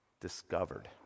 discovered